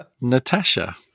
Natasha